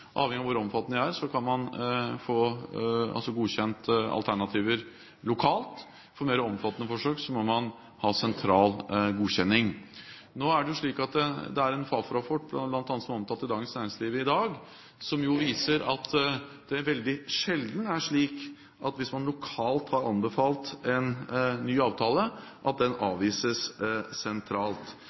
avhengig av hvor omfattende de er – kan man få godkjent alternativer lokalt. For mer omfattende forsøk må man ha sentral godkjenning. Fafo-rapporten som bl.a. er omtalt i Dagens Næringsliv i dag, viser at det veldig sjelden er slik at hvis man lokalt har anbefalt en ny avtale, blir den avvist sentralt,